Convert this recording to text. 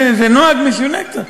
זה נוהג משונה קצת.